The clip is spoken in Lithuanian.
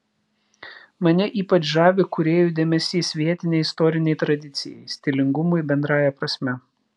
mane ypač žavi kūrėjų dėmesys vietinei istorinei tradicijai stilingumui bendrąja prasme